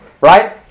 Right